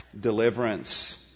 deliverance